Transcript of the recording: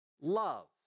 love